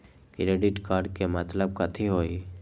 Credit card के मतलब कथी होई?